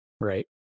right